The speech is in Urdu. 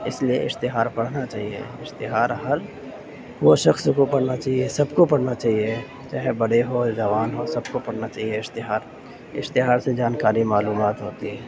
اس لیے اشتہار پڑھنا چاہیے اشتہار ہر وہ شخص کو پرھنا چاہیے سب کو پرھنا چاہیے چاہے برے ہو جوان ہو سب کو پرھنا چاہیے اشتہار اشتہار سے جانکاری معلومات ہوتی ہے